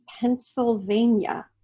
Pennsylvania